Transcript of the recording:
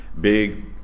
big